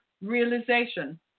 realization